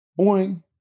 Boing